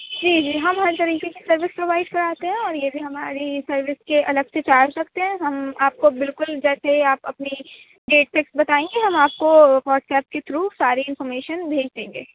جی جی ہم ہر طریقے کی سروس پرووائڈ کراتے ہیں اور یہ بھی ہماری ہی سروس کے الگ سے چارج لگتے ہیں ہم آپ کو بالکل جیسے ہی آپ اپنی ڈیٹ فکس بتائیں گے ہم آپ کو واٹس ایپ کے تھرو ساری انفارمیشن بھیج دیں گے